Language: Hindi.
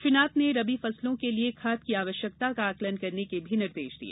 श्री नाथ ने रबी फसलों के लिए खाद की आवश्यकता का आकलन करने के भी निर्देश दिए